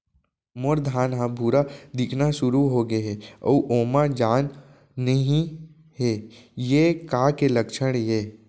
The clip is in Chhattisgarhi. मोर धान ह भूरा दिखना शुरू होगे हे अऊ ओमा जान नही हे ये का के लक्षण ये?